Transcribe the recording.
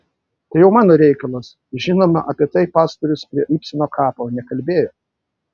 tai jau mano reikalas žinoma apie tai pastorius prie ibseno kapo nekalbėjo